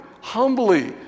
humbly